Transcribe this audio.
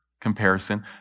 comparison